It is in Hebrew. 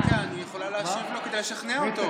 איתן, היא יכולה להשיב לו כדי לשכנע אותו.